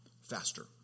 faster